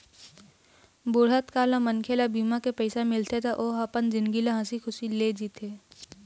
बुढ़त काल म मनखे ल बीमा के पइसा मिलथे त ओ ह अपन जिनगी ल हंसी खुसी ले जीथे